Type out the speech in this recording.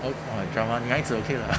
oh !oi! drama 女孩子 okay lah